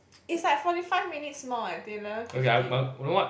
it's like forty five minutes more eh to eleven fifteen